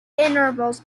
intervals